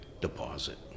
deposit